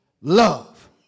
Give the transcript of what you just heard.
love